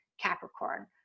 Capricorn